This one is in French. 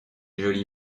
joli